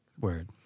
Word